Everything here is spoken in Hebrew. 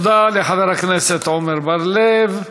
תודה לחבר הכנסת עמר בר-לב.